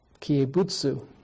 kiebutsu